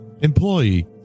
Employee